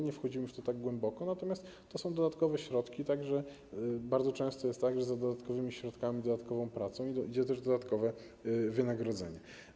Nie wchodzimy w to tak głęboko, natomiast to są dodatkowe środki, tak że bardzo często jest tak, że za dodatkowymi środkami, dodatkową pracą idzie też dodatkowe wynagrodzenie.